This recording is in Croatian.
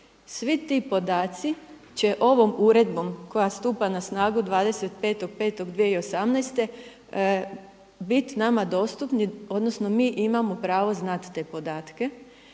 Svi ti podaci će ovom uredbom koja stupa na snagu 25.5.2018. bit nama dostupni, odnosno mi imamo pravo znati te podatke,